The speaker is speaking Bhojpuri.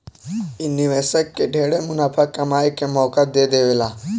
इ निवेशक के ढेरे मुनाफा कमाए के मौका दे देवेला